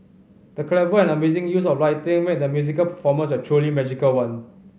the clever and amazing use of lighting made the musical performance a truly magical one